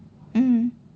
mm